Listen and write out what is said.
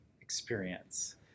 experience